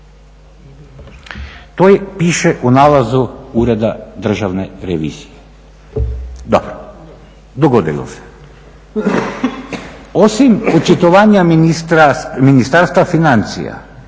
To piše u nalazu Ureda državne revizije. Dobro, dogodilo se. Osim očitovanja Ministarstva financija